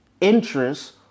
interest